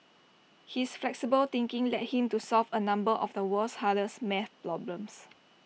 his flexible thinking led him to solve A number of the world's hardest math problems